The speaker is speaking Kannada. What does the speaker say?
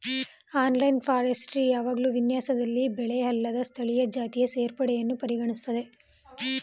ಅನಲಾಗ್ ಫಾರೆಸ್ಟ್ರಿ ಯಾವಾಗ್ಲೂ ವಿನ್ಯಾಸದಲ್ಲಿ ಬೆಳೆಅಲ್ಲದ ಸ್ಥಳೀಯ ಜಾತಿಗಳ ಸೇರ್ಪಡೆಯನ್ನು ಪರಿಗಣಿಸ್ತದೆ